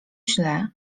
źle